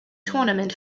tournament